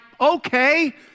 okay